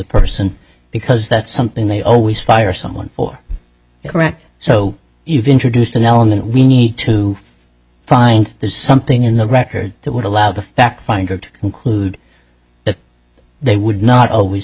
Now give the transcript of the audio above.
person because that's something they always fire someone or correct so you've introduced an element we need to find something in the record that would allow the fact finder to conclude that they would not always